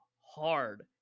hard